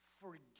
forgive